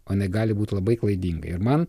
o jinai gali būti labai klaidinga ir man